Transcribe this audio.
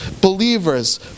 believers